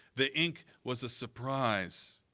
the ink was a surprise.